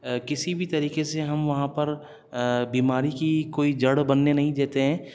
کسی بھی طریقہ سے ہم وہاں پر بیماری کی کوئی جڑ بننے نہیں دیتے ہیں